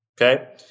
Okay